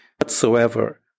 whatsoever